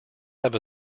have